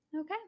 okay